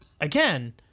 again